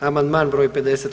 Amandman broj 50.